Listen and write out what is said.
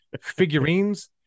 figurines